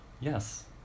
Yes